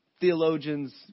theologians